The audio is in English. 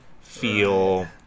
feel